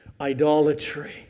Idolatry